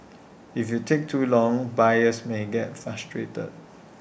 if you take too long buyers may get frustrated